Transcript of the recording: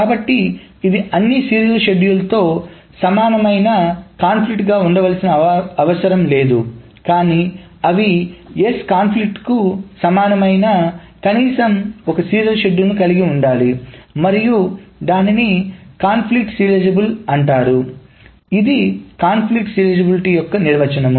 కాబట్టి ఇది అన్ని సీరియల్ షెడ్యూల్తో సమానమైన సంఘర్షణగా ఉండవలసిన అవసరం లేదు కానీ అవి S సంఘర్షణకు సమానమైన కనీసం ఒక సీరియల్ షెడ్యూల్ని కలిగి ఉండాలి మరియు దానిని కాన్ఫ్లిక్ట్ సీరియలైజేబుల్ అంటారు ఇది కాన్ఫ్లిక్ట్ సీరియలైజేబులిటి యొక్క నిర్వచనం